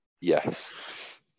yes